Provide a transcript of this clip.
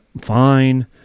Fine